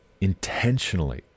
intentionally